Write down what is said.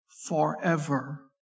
forever